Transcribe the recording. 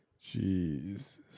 Jesus